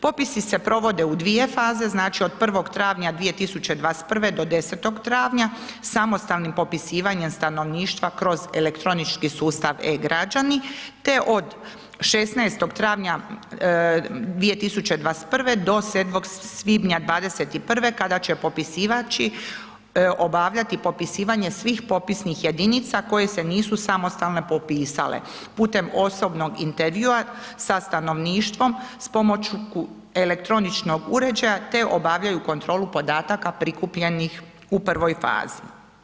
Popisi se provode u dvije faze, znači od 01. travnja 2021. do 10. travnja samostalnim popisivanjem stanovništva kroz elektronički sustav e-građani te od 16. travnja 2021. do 7. svibnja '21. kada će popisivači obavljati popisivanje svih popisnih jedinica koje se nisu samostalno popisale putem osobnog intervjua sa stanovništvom s pomoću elektroničnog uređaja te obavljaju kontrolu podataka prikupljenih u prvoj fazi.